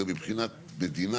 גם מבחינת מדינה,